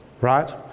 right